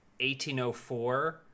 1804